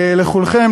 לכולכם,